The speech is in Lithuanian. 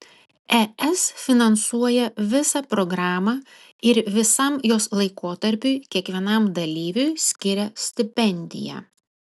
es finansuoja visą programą ir visam jos laikotarpiui kiekvienam dalyviui skiria stipendiją